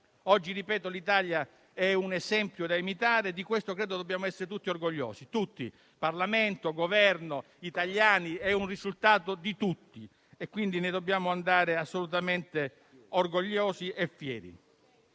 oggi l'Italia è un esempio da imitare e di questo dobbiamo essere tutti orgogliosi, Parlamento, Governo e italiani, poiché è un risultato di tutti, quindi ne dobbiamo andare assolutamente orgogliosi e fieri.